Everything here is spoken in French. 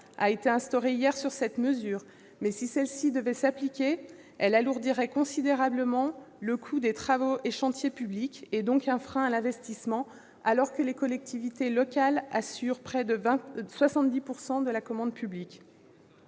a été instauré hier au sujet de cette mesure, mais si celle-ci devait s'appliquer, elle alourdirait considérablement le coût des travaux et des chantiers publics. Elle constitue donc un frein à l'investissement, alors que les collectivités locales assurent près de 70 % de la commande publique.